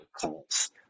calls